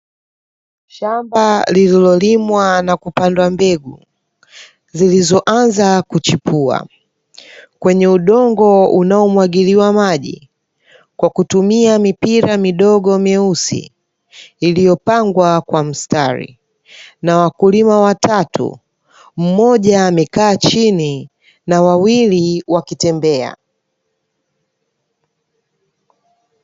Shamba lililolimwa na kupandwa mbegu zilizoanza kuchipua kwenye udongo unaomwagiliwa maji kwa kutumia mipira midogo myeusi iliyopangwa kwa mstari, na wakulima watatu mmoja amekaa chini na wawili wakitembea.